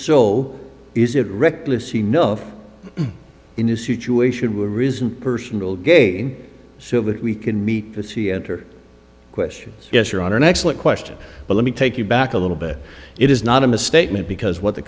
so is it reckless enough in a situation where reason personal gain civil we can meet the theatre questions yes your honor an excellent question but let me take you back a little bit it is not a misstatement because what the